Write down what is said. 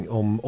om